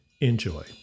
enjoy